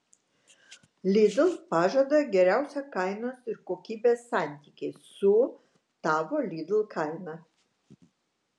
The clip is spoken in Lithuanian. lidl pažada geriausią kainos ir kokybės santykį su tavo lidl kaina